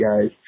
guys